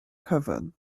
cyfan